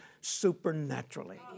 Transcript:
supernaturally